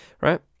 right